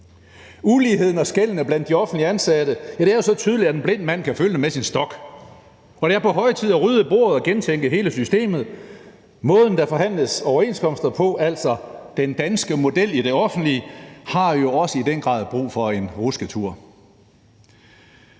Uligheden og skellene blandt de offentligt ansatte er jo så tydelige, at en blind mand kan føle det med sin stok, og det er på høje tid at rydde bordet og gentænke hele systemet. Måden, der forhandles overenskomster på, altså den danske model, i det offentlige, har jo også i den grad brug for en rusketur.